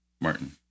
Martin